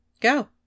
Go